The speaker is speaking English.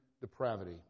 depravity